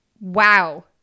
Wow